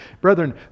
Brethren